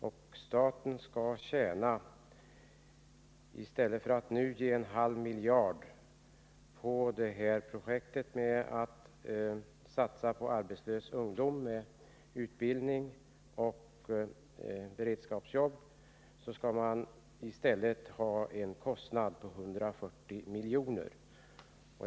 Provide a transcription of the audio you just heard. I stället för att som nu ge 500 milj.kr. till projektet att ge arbetslösa ungdomar utbildning och beredskapsarbete skall staten satsa 140 milj.kr.